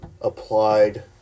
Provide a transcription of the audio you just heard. applied